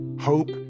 Hope